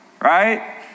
right